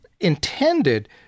intended